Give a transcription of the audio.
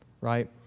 right